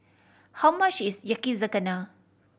how much is Yakizakana